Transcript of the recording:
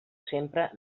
sempre